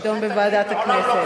זה יידון בוועדת הכנסת.